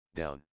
down